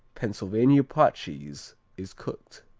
pennsylvania pot cheese is cooked.